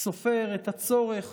סופר את הצורך